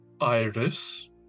Iris